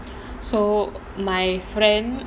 so my friend